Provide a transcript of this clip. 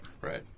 Right